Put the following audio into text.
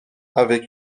avec